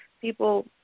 people